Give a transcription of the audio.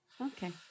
okay